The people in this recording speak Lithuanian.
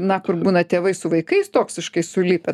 na kur būna tėvai su vaikais toksiškai sulipę